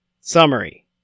Summary